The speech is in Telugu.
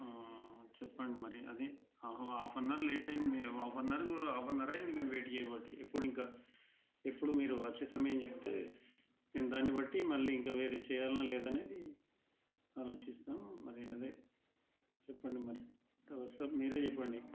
చెప్పండిమరి అదే half half an hour late అయ్యింది half an hour half an hour అయింది మేము వెయిట్చేయబట్టి ఇప్పుడుఇంక ఇప్పుడు మీరు వచ్చే సమయం చెబితే మేము దాన్నిబట్టి మళ్ళీ ఇంక వేరేది చెయ్యాలా లేదా అనేది ఆలోచిస్తాం మరి అదే చెప్పండి మరి టూ హావర్స్లో మీరే చెప్పండి